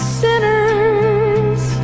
sinners